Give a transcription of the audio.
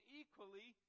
equally